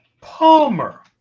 palmer